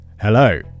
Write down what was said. Hello